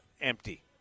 empty